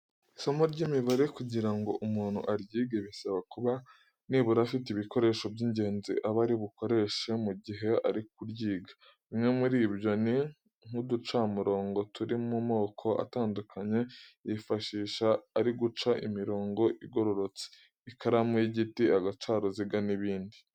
Isomo ry'imibare kugira ngo umuntu aryige bisaba kuba nibura afite ibikoresho by'ingenzi aba ari bukoreshe mu gihe ari kuryiga. Bimwe muri byo ni nk'uducamurongo turi mu moko atandukanye yifashisha ari guca imirongo igororotse, ikaramu y'igiti, agacaruziga n'ibindi.